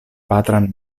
patran